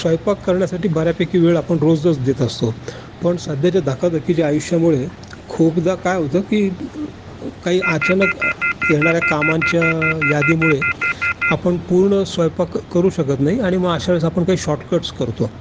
स्वयंपाक करण्यासाठी बऱ्यापैकी वेळ आपण रोजच देत असतो पण सध्याच्या धकाधकीच्या आयुष्यामुळे खूपदा काय होतं की काही अचानक येणाऱ्या कामांच्या यादीमुळे आपण पूर्ण स्वयंपाक करू शकत नाही आणि मग अशा वेळेस आपण काही शॉर्ट कट्स करतो